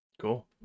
Cool